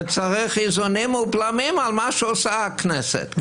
וצריך איזונים ובלמים על מה שעושה הכנסת.